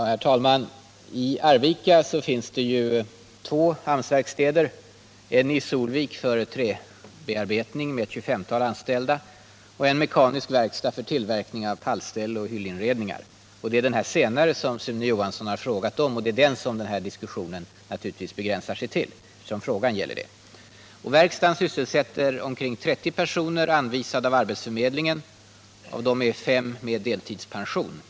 Herr talman! I Arvika finns två AMS-verkstäder, en i Solvik för träbearbetning med ett tjugofemtal anställda och en mekanisk verkstad för tillverkning av pallställ och hyllinredningar. Det är denna senare som Sune Johansson har frågat om, och det är därför naturligtvis den som denna diskussion begränsar sig till. Verkstaden sysselsätter ca 30 personer anvisade av arbetsförmedlingen, varav fem med deltidspension.